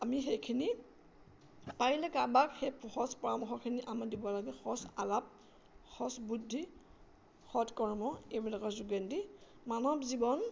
আমি সেইখিনি পাৰিলে কাৰবাক সেই সচ পৰামৰ্শখিনি আমাৰ দিব লাগে সচ আলাপ বুদ্ধি সৎকৰ্ম এইবিলাকৰ যোগেদি মানৱ জীৱন